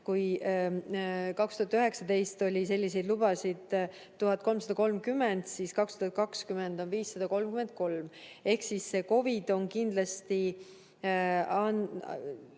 kui 2019 oli selliseid lubasid 1330, siis 2020 oli neid 533. Ehk siis COVID on kindlasti